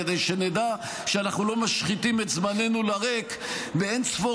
כדי שנדע שאנחנו לא משחיתים את זמננו לריק באין-ספור